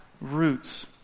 roots